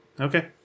Okay